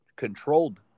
controlled